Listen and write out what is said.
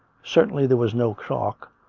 certainly there was no talk,